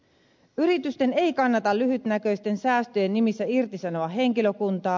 yritysten ei kannata lyhytnäköisten säästöjen nimissä irtisanoa henkilökuntaa